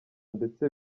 ndetse